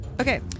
Okay